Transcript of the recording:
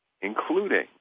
including